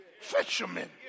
fishermen